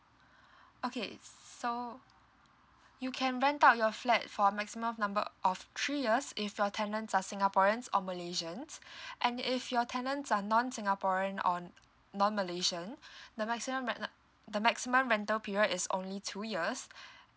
okay so you can rent out your flat for maximum number of three years if your tenants are singaporeans or malaysians and if your tenants are non singaporean or non malaysian the maximum renta~ the maximum rental period is only two years